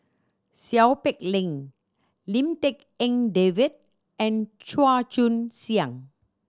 Seow Peck Leng Lim Tik En David and Chua Joon Siang